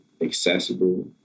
accessible